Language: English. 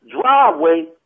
driveway